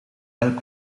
elk